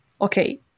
okay